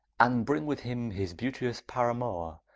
and bring with him his beauteous paramour,